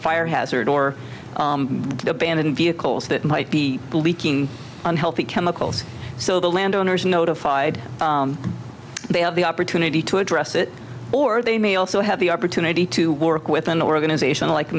fire hazard or abandoned vehicles that might be leaking unhealthy chemicals so the landowners notified they have the opportunity to address it or they may also have the opportunity to work with an organisation like